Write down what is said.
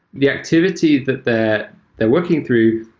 the activity that that they're working through,